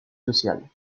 social